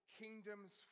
Kingdoms